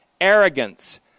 arrogance